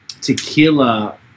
tequila